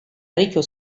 aritu